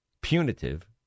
punitive